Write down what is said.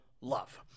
love